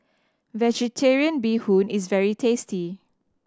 Vegetarian Bee Hoon is very tasty